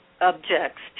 objects